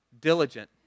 Diligent